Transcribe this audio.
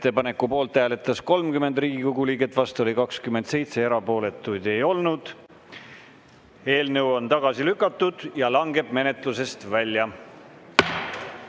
Ettepaneku poolt hääletas 30 Riigikogu liiget, vastu oli 27, erapooletuid ei olnud. Eelnõu on tagasi lükatud ja langeb menetlusest välja.